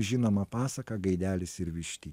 žinoma pasaka gaidelis ir vištytė